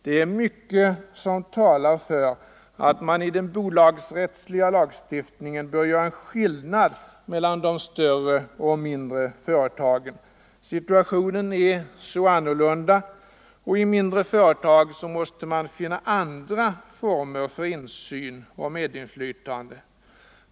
Det är mycket som talar för att man i den bolagsrättsliga lagstiftningen bör göra en skillnad mellan de större och de mindre företagen. Förhållandena är så olikartade, och i mindre företag måste man finna andra former för insyn och medinflytande.